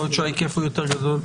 יכול להיות שההיקף הוא יותר גדול.